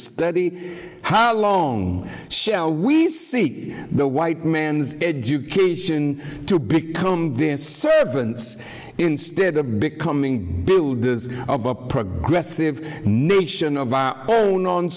study how long shall we see the white man's education to become the servants instead of becoming builders of a progressive nation of our own on